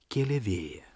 kėlė vėją